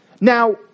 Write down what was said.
Now